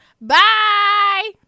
bye